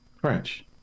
French